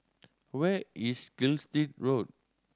where is Gilstead Road